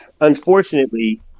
unfortunately